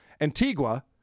Antigua